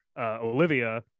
Olivia